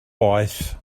boeth